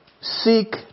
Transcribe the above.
seek